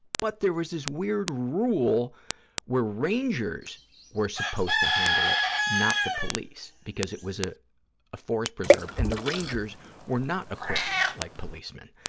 but there was this weird rule where rangers were supposed to handle it, not the police, because it was a ah forest preserve, and the rangers were not equipped like policemen.